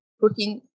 cooking